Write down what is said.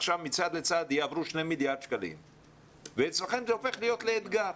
עכשיו מצד לצד יעברו 2,000,000,000 ₪ ואצלכם זה הופך להיות לאתגר.